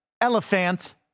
Elephant